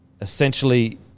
essentially